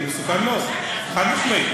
זה מסוכן מאוד, חד-משמעית.